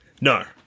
No